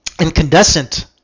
incandescent